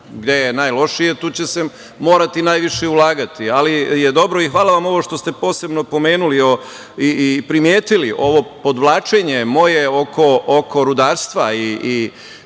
Gde je najlošije, tu će se morati najviše ulagati. Ali je dobro i hvala za ovo što ste posebno pomenuli i primetili, ovo podvlačenje moje oko rudarstva